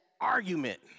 argument